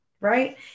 right